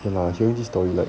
ya lah actually this story right